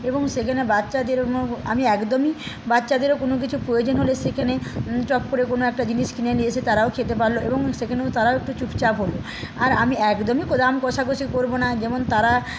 এবং সেখানে বাচ্চাদের আমি একদমই বাচ্চাদেরও কোনকিছু প্রয়োজন হলে সেখানে টপ করে কোনো একটা জিনিস কিনে নিয়ে এসে তারাও খেতে পারলো এবং সেখানে তারাও একটু চুপচাপ হল আর আমি একদমই দাম কষাকষি করব না যেমন তারা